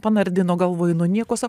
panardino galvoju nu nieko sau